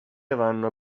vanno